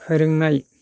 फोरोंनाय